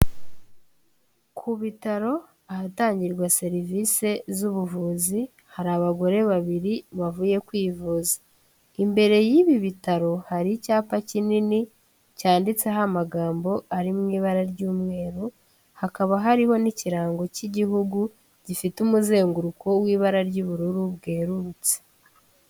Ku bitaro ahatangirwa serivisi z'ubuvuzi, hari abagore babiri bavuye kwivuza, imbere y'ibi bitaro hari icyapa kinini cyanditseho amagambo ari mu ibara ry'umweru, hakaba hariho n'ikirango cy'igihugu gifite umuzenguruko w'ibara ry'ubururu bwererutse.